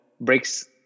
breaks